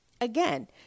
Again